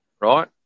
right